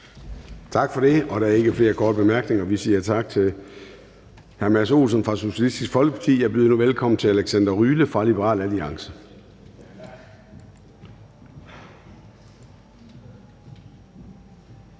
Tak for det. Der er ikke flere korte bemærkninger. Vi siger tak til hr. Mads Olsen fra Socialistisk Folkeparti. Jeg byder nu velkommen til hr. Alexander Ryle fra Liberal Alliance.